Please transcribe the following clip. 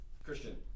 Christian